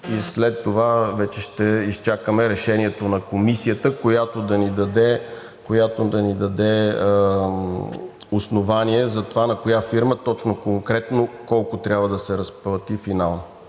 след това вече ще изчакаме решението на Комисията, която да ни даде основание за това на коя фирма точно конкретно колко трябва да се разплати финално.